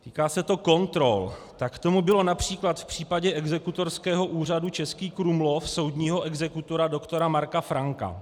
Týká se to kontrol: Tak tomu bylo například v případě Exekutorského úřadu Český Krumlov soudního exekutora doktora Marka Franka.